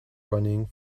running